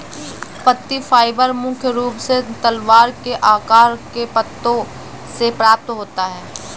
पत्ती फाइबर मुख्य रूप से तलवार के आकार के पत्तों से प्राप्त होता है